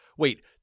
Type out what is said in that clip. Wait